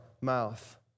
mouth